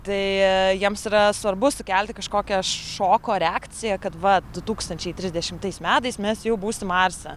tai jiems yra svarbu sukelti kažkokią šoko reakciją kad va du tūkstančiai trisdešimtais metais mes jau būsim marse